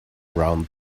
around